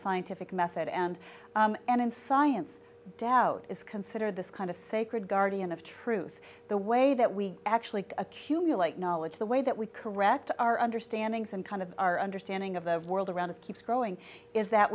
scientific method and and in science doubt is considered this kind of sacred guardian of truth the way that we actually accumulate knowledge the way that we correct our understanding some kind of our understanding of the world around us keeps growing is that